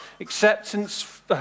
acceptance